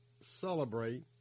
celebrate